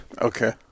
Okay